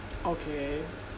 okay